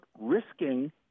risking